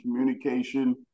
communication